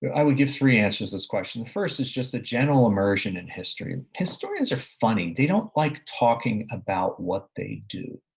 but i would give three answers to this question. the first is just a general immersion in history. and historians are funny, they don't like talking about what they do,